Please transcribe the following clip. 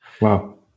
wow